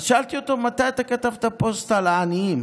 אז שאלתי אותו: מתי אתה כתבת פוסט על עניים?